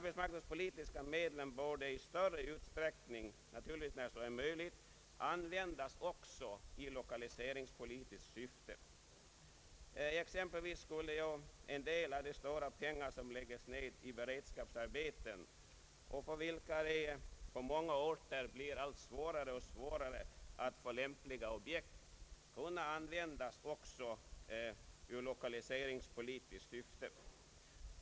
borde i större utsträckning — naturligtvis när så är möjligt — användas också i lokaliseringspolitiskt syfte. Exempelvis skulle ju en del av de stora pengar som läggs ned på beredskapsarbeten och för vilka det på många orter blir allt svårare att få lämpliga objekt kunna användas också i lokaliseringspolitiskt syfte.